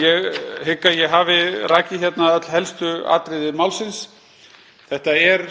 Ég hygg að ég hafi rakið hérna öll helstu atriði málsins. Þetta er